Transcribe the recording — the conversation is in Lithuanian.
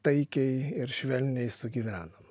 taikiai ir švelniai sugyvenam